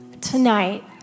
tonight